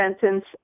sentence